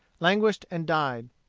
languished and died.